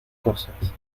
cosas